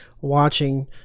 watching